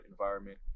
environment